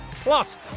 Plus